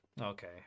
Okay